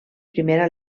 primera